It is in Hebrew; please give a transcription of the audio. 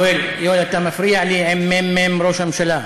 יואל, יואל, אתה מפריע לי עם מ"מ ראש הממשלה.